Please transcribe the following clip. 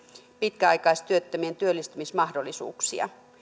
pitkäaikaistyöttömien työllistymismahdollisuuksia